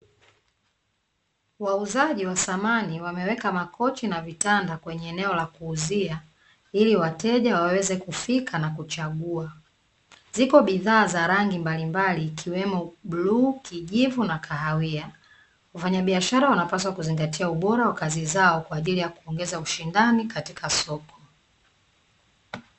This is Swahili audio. Wauzaji wa samani wameweka makochi na vitanda kwenye eneo ya kuuzia, ili wateja waweze kufika na kuchagua. Ziko bidhaa za rangi mbalimbali ikiwemo bluu, kijivu na kahawia. Wafanyabiashara wanapaswa kuzingatia ubora wa kazi zao, kwaajili ya kuongeza ushindani katika soko.